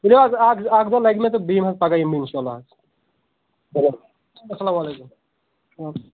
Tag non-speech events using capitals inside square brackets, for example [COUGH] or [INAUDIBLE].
تُلِو حظ اَکھ اَکھ دۄہ لَگہِ مےٚ تہٕ بہٕ یِمہٕ پگاہ یِمہٕ بہٕ اِنشا اللہ حظ [UNINTELLIGIBLE] السلامُ علیکم [UNINTELLIGIBLE]